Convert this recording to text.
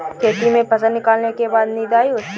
खेती में फसल निकलने के बाद निदाई होती हैं?